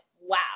wow